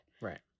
Right